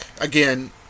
again